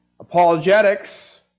Apologetics